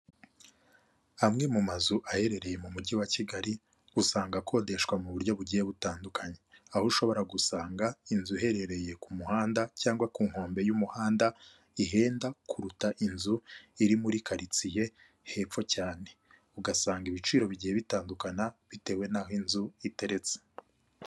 Amwe mu mazu aherereye mu mujyi wa Kigali, usanga akodeshwa mu buryo bugiye butandukanye, aho ushobora gusanga inzu iherereye ku muhanda cyangwa ku nkombe y'umuhanda ihenda kuruta inzu iri muri karitsiye hepfo cyane, ugasanga ibiciro bigiye bitandukana bitewe n'aho inzu iteretse.